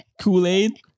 kool-aid